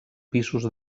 pisos